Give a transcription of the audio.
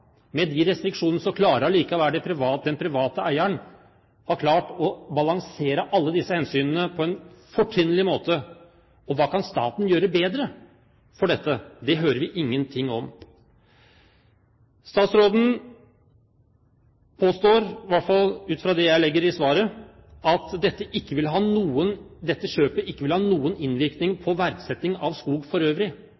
Med de restriksjoner har allikevel den private eieren klart å balansere alle disse hensynene på en fortrinnlig måte. Og hva kan staten gjøre bedre når det gjelder dette? Det hører vi ingenting om. Statsråden påstår, i hvert fall ut fra det jeg legger i svaret, at dette kjøpet ikke vil ha noen